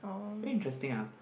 very interesting ah